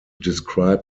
describe